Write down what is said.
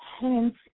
Hence